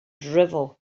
drivel